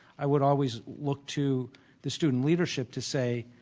i would always look to the student leadership to say,